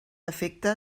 efecte